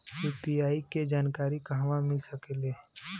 UPI के जानकारी कहवा मिल सकेले?